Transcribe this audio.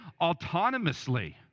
autonomously